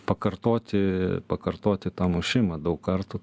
pakartoti pakartoti tą mušimą daug kartų